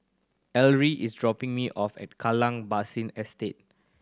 Areli is dropping me off at Kallang Basin Estate